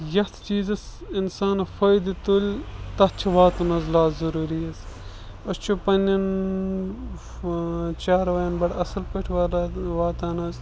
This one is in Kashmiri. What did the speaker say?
یَتھ چیٖزَس اِنسانَس فٲیِدٕ تُلۍ تَتھ چھِ واتُن حظ لاز ضروٗری حظ أسۍ چھِ پنٛنٮ۪ن چاروایَن بَڑٕ اَصٕل پٲٹھۍ وات واتان حظ